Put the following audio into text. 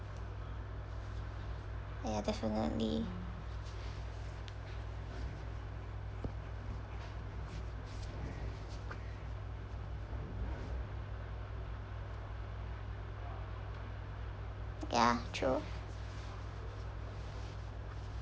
ya definitely ya true